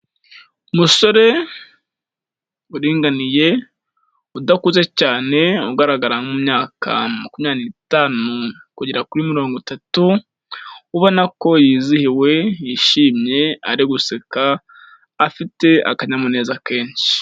Umusore uringaniye udakuze cyane, ugaragara nko mu myaka makumyabiri n'itanu kugera kuri mirongo itatu, ubona ko yizihiwe, yishimye, ari guseka, afite akanyamuneza kenshi.